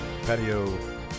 Patio